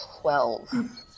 Twelve